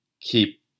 keep